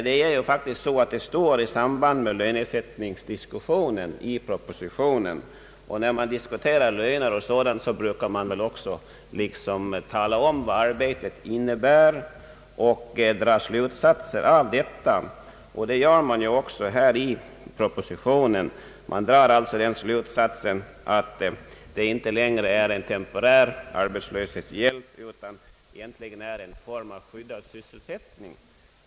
Men det står faktiskt i samband med lönesättningsdiskussionen i propositionen, och när man diskuterar löner och sådant brukar man väl också tala om vad arbetet innebär och dra slutsatser av detta. Det gör man också i propositionen. Man drar slutsatsen att det inte längre är en temporär arbetslöshetshjälp utan egentligen en form av skyddad sysselsättning.